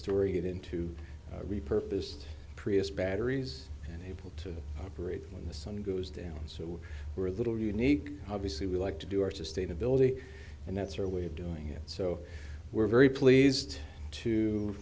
story it into repurposed prius batteries and able to operate when the sun goes down so we're a little unique obviously we like to do our sustainability and that's our way of doing it so we're very pleased